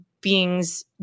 beings